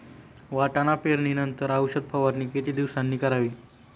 वाटाणा पेरणी नंतर औषध फवारणी किती दिवसांनी करावी?